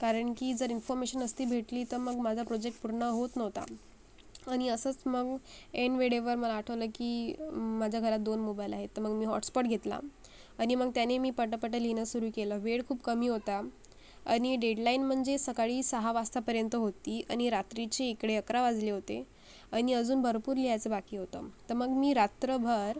कारण की जर इन्फर्मेशन नसती भेटली तर मग माझा प्रोजेक्ट पूर्ण होत नव्हता आणि असंच मग ऐन वेळेवर मला आठवलं की माझ्या घरात दोन मोबाईल आहे तर मग मी हॉटस्पॉट घेतला आणि मग त्याने मी पटापटा लिहणं सुरू केलं वेळ खूप कमी होता आणि डेडलाईन म्हणजे सकाळी सहा वाजतापर्यंत होती आणि रात्रीचे इकडे अकरा वाजले होते आणि अजून भरपूर लिहायचं बाकी होतं तर मग मी रात्रभर